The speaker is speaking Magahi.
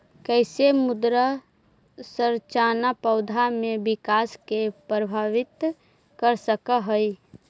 कईसे मृदा संरचना पौधा में विकास के प्रभावित कर सक हई?